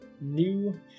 new